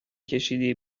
کشیدی